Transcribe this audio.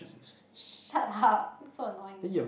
shut up it's so annoying